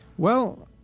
well,